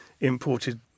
imported